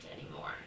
anymore